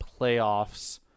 playoffs